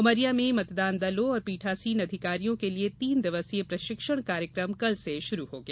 उमरिया में मतदान दलों और पीठासीन अधिकारियों के लिए तीन दिवसीय प्रशिक्षण कार्यक्रम कल से शुरू हो गया